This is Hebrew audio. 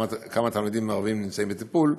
כמה תלמידים ערבים נמצאים בטיפול: